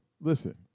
Listen